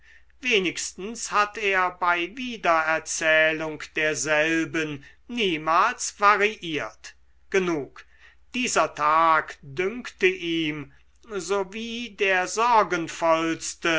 wenigstens hat er bei wiedererzählung derselben niemals variiert genug dieser tag dünkte ihm so wie der